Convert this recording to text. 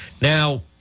Now